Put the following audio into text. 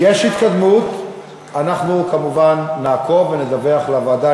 אנחנו כמובן נעקוב ונדווח לוועדה.